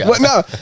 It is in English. No